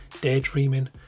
daydreaming